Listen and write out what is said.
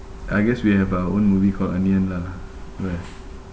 I guess we have our own movie called anniyan lah where